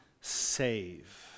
save